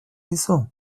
dizu